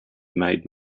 made